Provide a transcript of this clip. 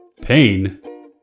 Pain